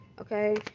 Okay